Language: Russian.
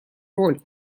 роль